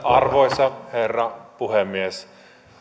arvoisa herra puhemies